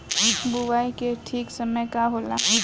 बुआई के ठीक समय का होला?